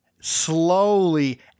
slowly